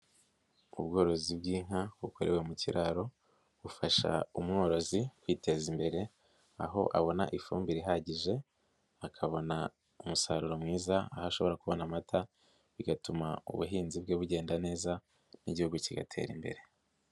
Ubworozi bw'inka bukorewe mu kiraro, bufasha umworozi kwiteza imbere, aho abona ifumbire rihagije, akabona umusaruro mwiza aho ashobora kubona amata, bigatuma ubuhinzi bwe bugenda neza n'Igihugu kigatera imbere.